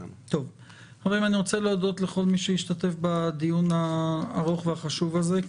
אני רוצה להודות לכל מי שהשתתף בדיון הארוך והחשוב הזה.